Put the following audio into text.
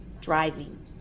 driving